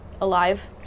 alive